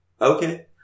Okay